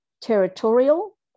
territorial